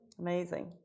Amazing